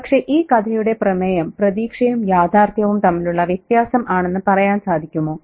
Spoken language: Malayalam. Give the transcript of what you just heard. പക്ഷെ ഈ കഥയുടെ പ്രമേയം പ്രതീക്ഷയും യാഥാർത്ഥ്യവും തമ്മിലുള്ള വ്യത്യാസം ആണെന്ന് പറയാൻ സാധിക്കുമോ